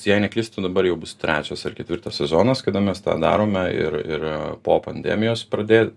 jei neklystu dabar jau bus trečias ar ketvirtas sezonas kada mes tą darome ir ir po pandemijos pradėt